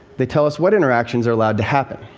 they tell us what interactions are allowed to happen.